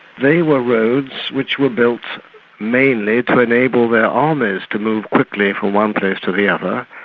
they were roads which were built mainly to enable their armies to move quickly from one place to the other,